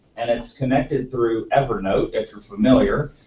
and it's connected through evernote, if you're familiar.